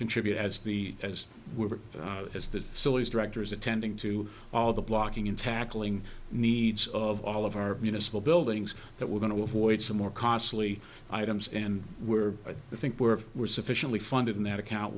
contribute as the as we're as the sillies director is attending to all the blocking and tackling needs of all of our municipal buildings that we're going to avoid some more costly items and we're i think we're we're sufficiently funded in that account